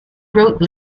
wrote